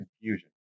confusion